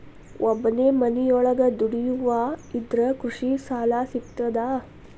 ಒಬ್ಬನೇ ಮನಿಯೊಳಗ ದುಡಿಯುವಾ ಇದ್ರ ಕೃಷಿ ಸಾಲಾ ಸಿಗ್ತದಾ?